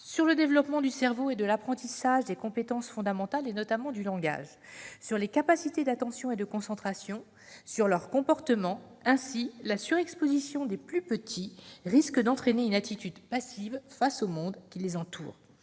sur le développement du cerveau et de l'apprentissage des compétences fondamentales, notamment du langage ; sur les capacités d'attention et de concentration des enfants ; sur leur comportement. Ainsi, la surexposition des plus petits risque d'entraîner une attitude passive face au monde qui les entoure.